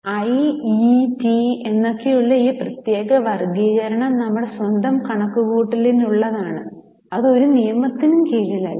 I E T എന്നൊക്കെയുള്ള ഈ പ്രത്യേക വർഗ്ഗീകരണം നമ്മുടെ സ്വന്തം കണക്കുകൂട്ടലിനുള്ളതാണ് അത് ഒരു നിയമത്തിനും കീഴിലല്ല